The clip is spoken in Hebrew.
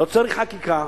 לא צריך חקיקה.